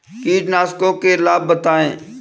कीटनाशकों के लाभ बताएँ?